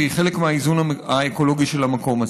והיא חלק מהאיזון האקולוגי של המקום הזה.